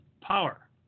power